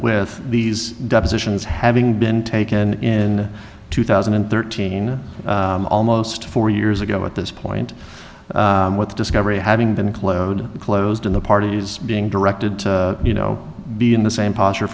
with these depositions having been taken in two thousand and thirteen almost four years ago at this point with the discovery having been closed and closed in the parties being directed to you know be in the same posture